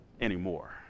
anymore